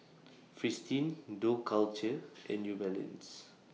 Fristine Dough Culture and New Balance